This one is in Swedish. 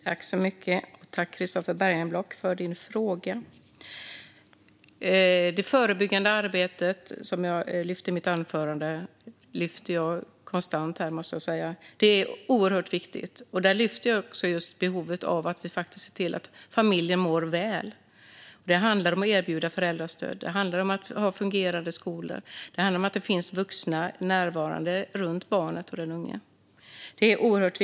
Herr talman! Tack för din fråga, Christofer Bergenblock! Det förebyggande arbetet, som jag lyfte upp i mitt anförande och lyfter upp konstant, är oerhört viktigt. Jag lyfter också upp just behovet av att se till att familjen mår väl. Det handlar om att erbjuda föräldrastöd, att ha fungerande skolor och att det finns närvarande vuxna runt barnet och den unge. Det är viktigt.